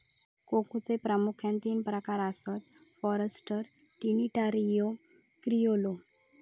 कोकोचे प्रामुख्यान तीन प्रकार आसत, फॉरस्टर, ट्रिनिटारियो, क्रिओलो